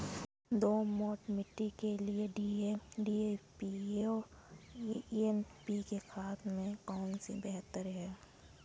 दोमट मिट्टी के लिए डी.ए.पी एवं एन.पी.के खाद में कौन बेहतर है?